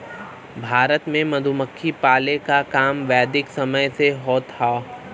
भारत में मधुमक्खी पाले क काम वैदिक समय से होत हौ